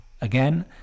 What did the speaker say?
Again